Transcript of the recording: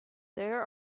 there